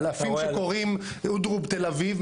אלפים קוראים אודרוב תל אביב,